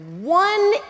one